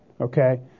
okay